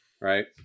right